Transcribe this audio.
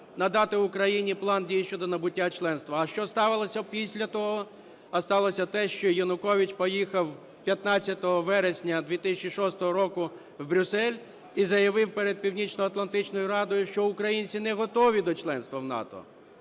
надати Україні План дій щодо набуття членства. А що сталося після того? А сталося те, що Янукович поїхав 15 вересня 2006 року в Брюссель і заявив перед Північноатлантичною радою, що українці не готові до членства в НАТО.